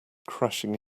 crashing